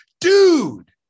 dude